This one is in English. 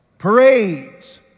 Parades